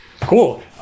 Cool